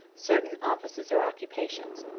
certain offices or occupations.